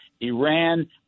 Iran